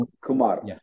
Kumar